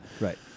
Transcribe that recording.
Right